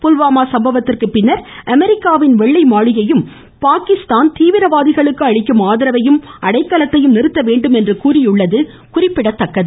புல்வாமா சம்பவத்திற்கு பின்னர் அமெரிக்காவின் வெள்ளை மாளிகையும் பாகிஸ்தான் தீவிரவாதிகளுக்கு அளிக்கும் ஆதரவையும் அடைக்கலத்தையும் நிறுத்த வேண்டும் என்று கூறியுள்ளது குறிப்பிடத்தக்கது